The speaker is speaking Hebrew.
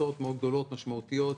קבוצות מאוד גדולות, משמעותיות,